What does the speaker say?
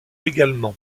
également